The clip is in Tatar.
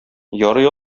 ярый